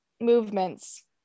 movements